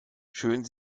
schön